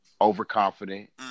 overconfident